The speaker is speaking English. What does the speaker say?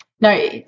no